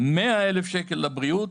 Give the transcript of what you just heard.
100 אלף שקל - לבריאות.